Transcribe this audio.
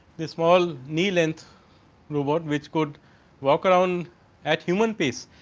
the small nee length robot which could work around at human piece.